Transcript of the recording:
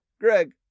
Greg